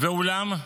ואולם,